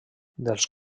dels